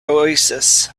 oasis